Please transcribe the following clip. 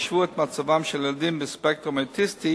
השוו את מצבם של ילדים בספקטרום האוטיסטי